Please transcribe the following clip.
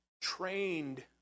trained